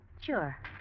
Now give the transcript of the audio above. Sure